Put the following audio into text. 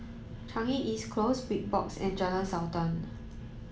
Changi East Close Big Box and Jalan Sultan